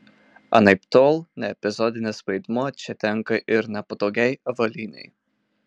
anaiptol ne epizodinis vaidmuo čia tenka ir nepatogiai avalynei